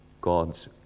God's